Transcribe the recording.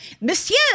Monsieur